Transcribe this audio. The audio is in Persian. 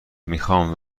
میخام